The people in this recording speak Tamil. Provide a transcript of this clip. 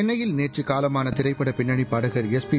சென்னையில் நேற்று காலமான திரைப்பட பின்னணிப் பாடகர் எஸ்பி